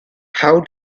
how